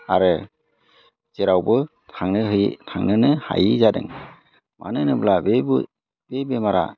आरो जेरावबो थांनो हायै थांनोनो हायै जादों मानो होनोब्ला बे बेमारा